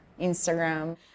Instagram